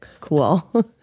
cool